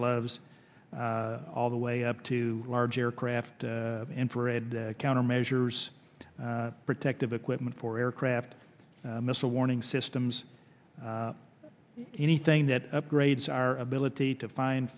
gloves all the way up to large aircraft infrared countermeasures protective equipment for aircraft missile warning systems anything that upgrades our ability to find